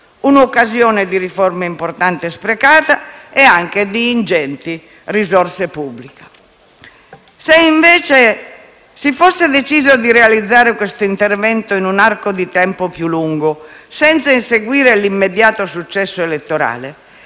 un'occasione di riforma importante sprecata e uno spreco di ingenti risorse pubbliche. Se invece si fosse deciso di realizzare questo intervento in un arco di tempo più lungo, senza inseguire l'immediato successo elettorale,